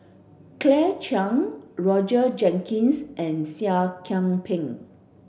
Claire Chiang Roger Jenkins and Seah Kian Peng